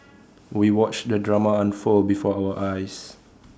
we watched the drama unfold before our eyes